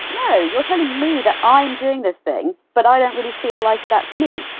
no, you're telling me that i'm doing this thing, but i don't really feel like that's me.